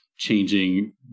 changing